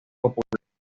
populares